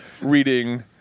reading